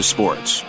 Sports